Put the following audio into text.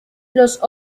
los